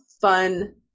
fun